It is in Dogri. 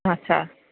अच्छा